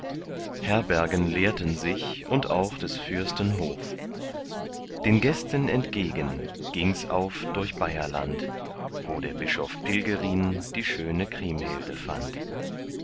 herbergen leerten sich und auch des fürsten hof den gästen entgegen gings auf durch bayerland wo der bischof pilgerin die schöne kriemhilde fand